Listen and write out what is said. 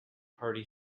hearty